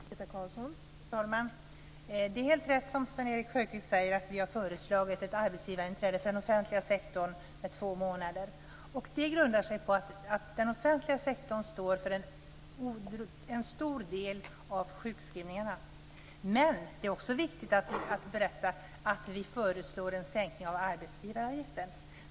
Fru talman! Det är helt rätt som Sven-Erik Sjöstrand säger, att vi har föreslagit ett arbetsgivarinträde för den offentliga sektorn med två månader. Det grundar sig på att den offentliga sektorn står för en stor del av sjukskrivningarna. Men det är också viktigt att vi föreslår en sänkning av arbetsgivaravgiften.